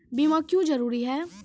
बीमा क्यों जरूरी हैं?